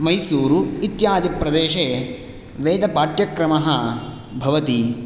मैसूरु इत्यादिप्रदेशे वेदपाठ्यक्रमः भवति